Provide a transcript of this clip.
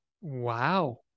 Wow